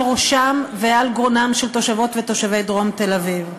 על ראשם ועל גרונם של תושבות ותושבי דרום תל-אביב.